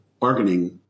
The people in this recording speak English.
bargaining